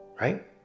Right